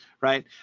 right